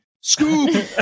scoop